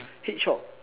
hedgehog